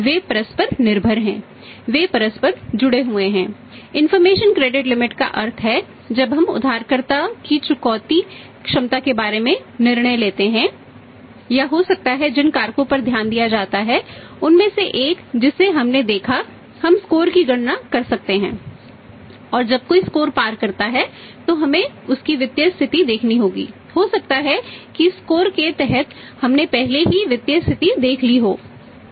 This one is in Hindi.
वे परस्पर निर्भर हैं वे परस्पर जुड़े हुए हैं इनफॉर्मेशन क्रेडिट लिमिट के तहत हमने पहले ही वित्तीय स्थिति देख ली हो वित्तीय स्थिति अच्छी है